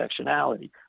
intersectionality